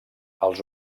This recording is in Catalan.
els